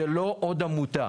זו לא עוד עמודה.